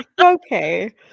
okay